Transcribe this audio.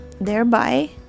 thereby